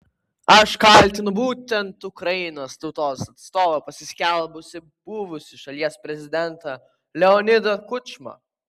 aš kaltinu būtent ukrainos tautos atstovu pasiskelbusį buvusį šalies prezidentą leonidą kučmą